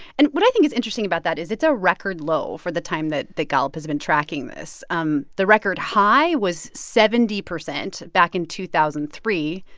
and what i think is interesting about that is it's a record low for the time that that gallup has been tracking this. um the record high was seventy percent back in two thousand and three.